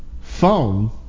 phone